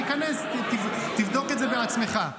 תיכנס, תבדוק את זה בעצמך.